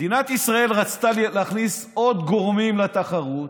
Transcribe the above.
מדינת ישראל רצתה להכניס עוד גורמים לתחרות,